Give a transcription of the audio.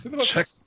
Check